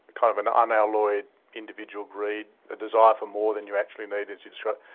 kind of, an unalloyed individual greed, a desire for more than you actually need, as you describe.